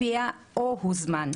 "או הוזמן".